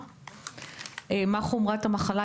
מה חומרת המחלה,